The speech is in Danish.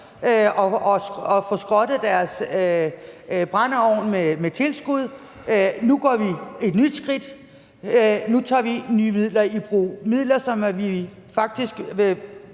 at få skrottet deres brændeovn med tilskud. Nu tager vi et nyt skridt; nu tager vi nye midler i brug – midler, som Venstre faktisk